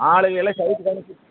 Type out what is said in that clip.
ஆளுங்களைலாம் சைட்டுக்கு அனுப்பிச்சி